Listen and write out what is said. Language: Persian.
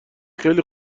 خیلی